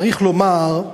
צריך לומר,